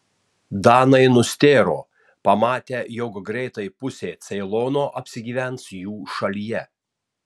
danai nustėro pamatę jog greitai pusė ceilono apsigyvens jų šalyje